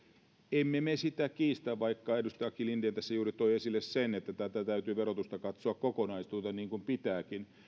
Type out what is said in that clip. emme me sitä kiistä vaikka edustaja aki linden tässä juuri toi esille sen että täytyy tätä verotusta katsoa kokonaisuutena niin kuin pitääkin